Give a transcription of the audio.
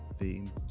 theme